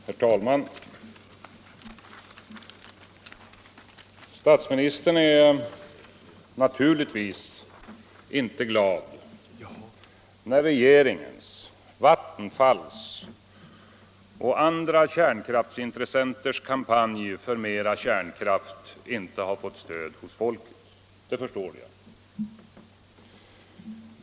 Herr talman! Statsministern är naturligtvis inte glad när regeringens, Vattenfalls och andra kärnkraftsintressenters kampanj för mera kärnkraft inte har fått stöd hos folket. Det förstår jag.